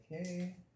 Okay